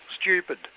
stupid